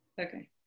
okay